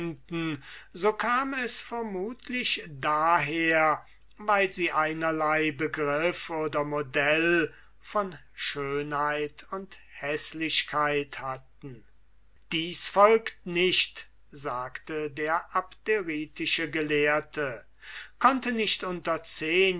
so kam es vermutlich daher weil sie einerlei begriff von schönheit und häßlichkeit hatten dies folgt nicht sagte der abderitische gelehrte konnte nicht unter zehn